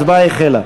ההצבעה החלה.